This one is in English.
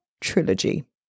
Trilogy